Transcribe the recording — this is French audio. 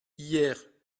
hier